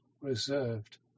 reserved